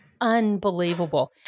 unbelievable